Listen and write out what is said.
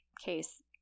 case